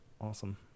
awesome